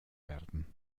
werden